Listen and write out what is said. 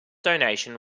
donation